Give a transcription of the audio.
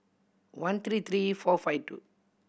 one three three four five two